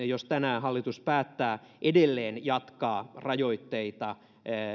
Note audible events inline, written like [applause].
[unintelligible] jos tänään hallitus päättää edelleen jatkaa rajoitteita